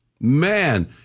man